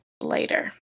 later